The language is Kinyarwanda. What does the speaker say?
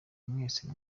mwese